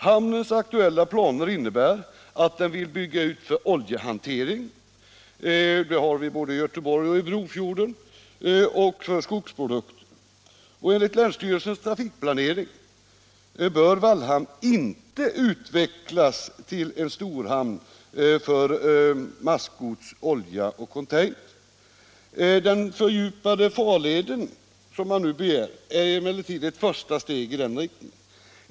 De aktuella planerna för hamnen innebär en utbyggnad för oljehantering — det har vi både i Göteborg och i Brofjorden — och för skogsprodukter. Enligt länsstyrelsens trafikplanering bör Wallhamn inte utvecklas till en storhamn för massgods, olja och container. Den fördjupade farled som nu begärs är emellertid första steget i den riktningen.